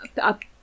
up